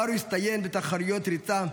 מארו הצטיין בתחרויות ריצה,